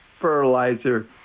fertilizer